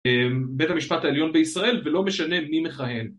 בית המשפט העליון בישראל ולא משנה מי מכהן